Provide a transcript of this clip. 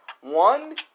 One